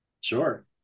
Sure